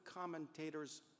commentators